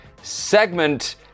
Segment